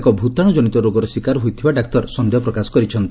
ଏକ ଭ଼ତାଣୁ ଜନିତ ରୋଗର ଶୀକାର ହୋଇଥିବା ଡାକ୍ତର ସନ୍ଦେହ ପ୍ରକାଶ କରିଛନ୍ତି